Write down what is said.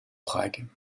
prague